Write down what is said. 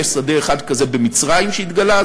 יש שדה אחד כזה במצרים שהתגלה,